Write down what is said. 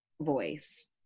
voice